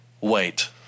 Wait